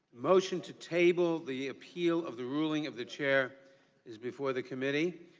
motion to table the appeal of the ruling of the chair is before the committee.